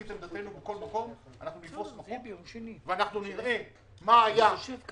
איך נראו מתחמי ההדלקה לפני שהגענו ואחרי שהגענו,